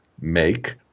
make